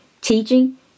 teaching